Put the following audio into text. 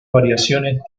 variaciones